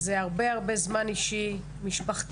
זה הרבה הרבה זמן אישי ומשפחתי,